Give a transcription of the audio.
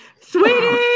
Sweetie